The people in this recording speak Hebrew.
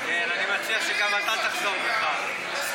אני מציע שגם אתה תחשוב ככה.